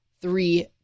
three